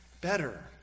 better